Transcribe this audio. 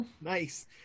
Nice